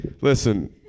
Listen